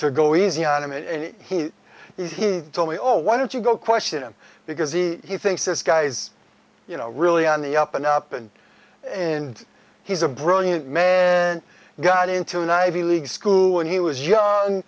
to go easy on him and he he told me all why don't you go question him because he thinks this guy's you know really on the up and up and in he's a brilliant male and got into an ivy league school and he was young